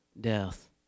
death